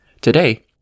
Today